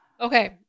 Okay